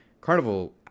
Carnival